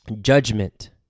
judgment